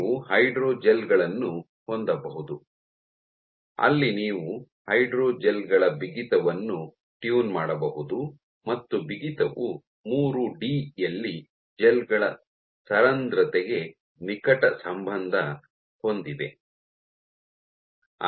ನೀವು ಹೈಡ್ರೋಜೆಲ್ ಗಳನ್ನು ಹೊಂದಬಹುದು ಅಲ್ಲಿ ನೀವು ಹೈಡ್ರೋಜೆಲ್ ಗಳ ಬಿಗಿತವನ್ನು ಟ್ಯೂನ್ ಮಾಡಬಹುದು ಮತ್ತು ಬಿಗಿತವು ಮೂರು ಡಿ ಯಲ್ಲಿ ಜೆಲ್ ಗಳ ಸರಂಧ್ರತೆಗೆ ನಿಕಟ ಸಂಬಂಧ ಹೊಂದಿದೆ